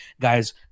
guys